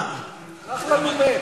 שלח לנו מייל.